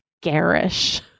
garish